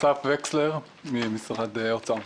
אני אסף וקסלר, ממשרד האוצר.